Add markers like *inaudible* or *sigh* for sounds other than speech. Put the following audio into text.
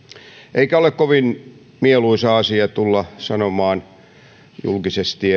eikä ole kovin mieluisa asia tulla sanomaan julkisesti *unintelligible*